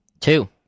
two